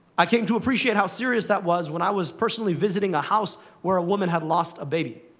i came to appreciate how serious that was when i was personally visiting a house where a woman had lost a baby.